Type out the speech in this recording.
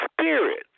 spirit